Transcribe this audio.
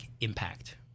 impact